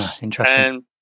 Interesting